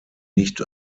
nicht